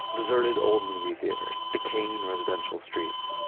deserted old movie theaters, decaying residential streets.